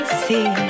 see